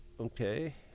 okay